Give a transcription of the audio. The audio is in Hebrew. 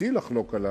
זכותי לחלוק עליו,